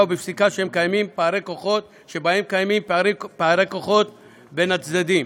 ובפסיקה שבהם קיימים פערי כוחות בין הצדדים.